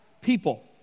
people